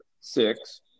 six